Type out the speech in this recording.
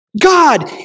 God